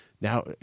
Now